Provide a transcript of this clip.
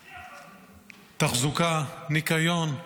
תחזוקה, ניקיון,